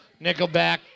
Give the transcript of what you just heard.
Nickelback